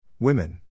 Women